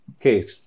Okay